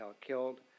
killed